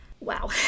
Wow